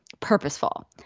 purposeful